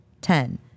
ten